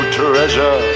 treasure